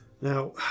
Now